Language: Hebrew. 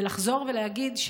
ולחזור ולהגיד.